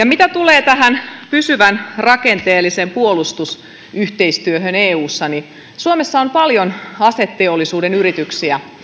mitä tulee tähän pysyvään rakenteelliseen puolustusyhteistyöhön eussa niin suomessa on paljon aseteollisuuden yrityksiä